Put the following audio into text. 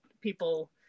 people